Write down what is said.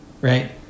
right